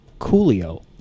Coolio